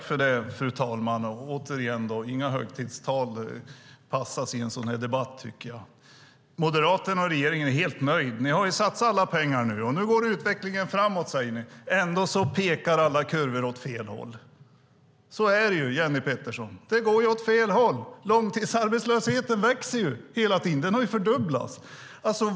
Fru talman! Återigen är det inga högtidstal. Det passas i en sådan här debatt. Moderaterna och regeringen är helt nöjda. Nu har ni satsat alla pengar, och nu går utvecklingen framåt, säger ni. Ändå pekar alla kurvor åt fel håll. Så är det, Jenny Petersson. Det går åt fel. Långtidsarbetslösheten växer hela tiden. Den har fördubblats.